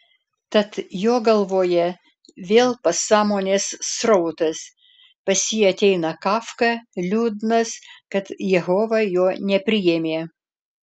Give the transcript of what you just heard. tad jo galvoje vėl pasąmonės srautas pas jį ateina kafka liūdnas kad jehova jo nepriėmė